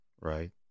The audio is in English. Right